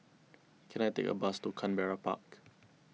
can I take a bus to Canberra Park